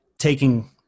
taking